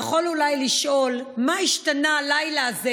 נכון אולי לשאול מה נשתנה הלילה הזה